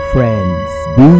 Friends